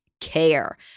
care